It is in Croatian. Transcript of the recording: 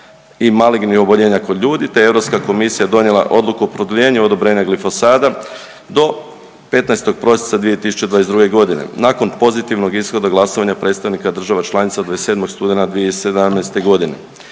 i malignih oboljenja kod ljudi te je Europska komisija donijela odluku o produljenju oboljenja glifosata do 15. prosinca 2022. godine nakon pozitivnog ishoda glasovanja predstavnika država članica od 27. studenog 2017. godine.